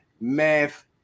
math